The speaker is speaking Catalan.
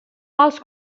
els